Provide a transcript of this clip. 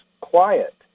quiet